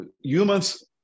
humans